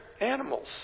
animals